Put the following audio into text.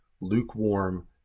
lukewarm